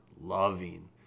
loving